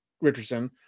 Richardson